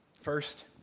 First